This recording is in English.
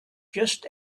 just